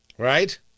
Right